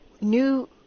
new